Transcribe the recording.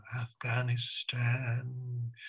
Afghanistan